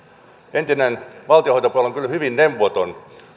entinen valtionhoitajapuolue on kyllä hyvin neuvoton